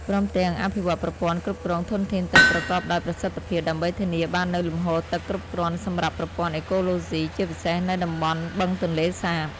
ព្រមទាំង អភិវឌ្ឍប្រព័ន្ធគ្រប់គ្រងធនធានទឹកប្រកបដោយប្រសិទ្ធភាព ដើម្បីធានាបាននូវលំហូរទឹកគ្រប់គ្រាន់សម្រាប់ប្រព័ន្ធអេកូឡូស៊ី ជាពិសេសនៅតំបន់បឹងទន្លេសាប។